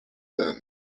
then